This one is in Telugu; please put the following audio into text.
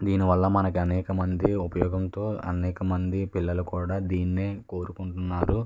దీనివల్ల మనకి అనేక మంది ఉపయోగంతో అనేకమంది పిల్లలు కూడా దీన్నే కోరుకుంటున్నారు